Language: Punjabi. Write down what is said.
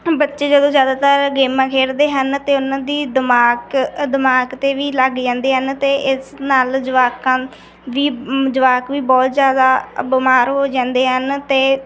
ਬੱਚੇ ਜਦੋਂ ਜ਼ਿਆਦਾਤਰ ਗੇਮਾਂ ਖੇਡਦੇ ਹਨ ਅਤੇ ਉਹਨਾਂ ਦੀ ਦਿਮਾਗ ਦਿਮਾਗ 'ਤੇ ਵੀ ਲੱਗ ਜਾਂਦੇ ਹਨ ਅਤੇ ਇਸ ਨਾਲ ਜਵਾਕਾਂ ਵੀ ਹਮ ਜਵਾਕ ਵੀ ਬਹੁਤ ਜ਼ਿਆਦਾ ਬਿਮਾਰ ਹੋ ਜਾਂਦੇ ਹਨ ਅਤੇ